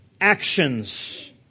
actions